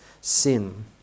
sin